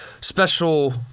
special